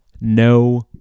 No